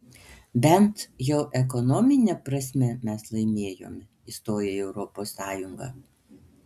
bent jau ekonomine prasme mes laimėjome įstoję į europos sąjungą